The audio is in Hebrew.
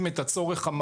קחו את תחום מניעת הצפות,